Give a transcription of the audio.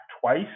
twice